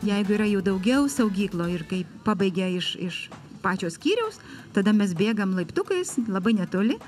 jeigu yra jų daugiau saugykloj ir kai pabaigia iš iš pačio skyriaus tada mes bėgam laiptukais labai netoli